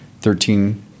thirteen